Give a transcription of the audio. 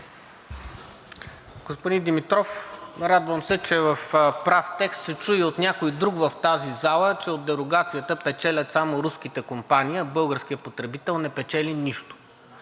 Господин Димитров, радвам се, че в прав текст се чу и от някой друг в тази зала, че от дерогацията печелят само руските компании, а българският потребител не печели нищо,